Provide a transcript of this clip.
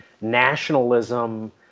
nationalism